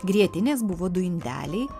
grietinės buvo du indeliai